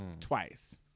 twice